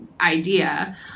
idea